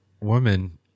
Woman